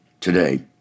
Today